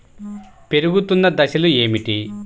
పెరుగుతున్న దశలు ఏమిటి?